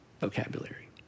vocabulary